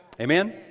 Amen